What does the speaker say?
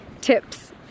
tips